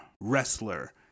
wrestler